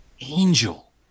angel